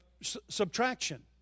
subtraction